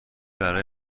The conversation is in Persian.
برای